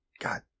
God